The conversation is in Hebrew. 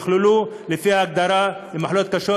ייכלל בהגדרה של מחלות קשות,